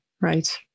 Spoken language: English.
right